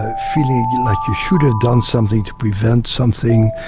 ah feeling like you should have done something to prevent something,